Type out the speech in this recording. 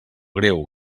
greu